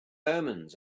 omens